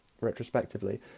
retrospectively